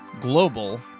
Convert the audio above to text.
global